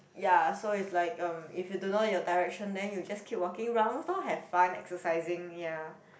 ya so it's like um if you don't know your direction then you just keep talking rounds lor have fun exercising ya